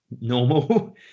normal